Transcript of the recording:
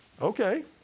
Okay